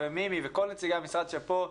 ומימי וכל נציגי המשרד שפה,